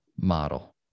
model